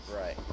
Right